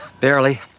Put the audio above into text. Barely